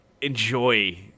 enjoy